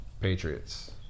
Patriots